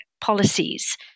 policies